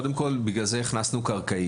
קודם כל, בגלל זה הכנסנו קרקעית.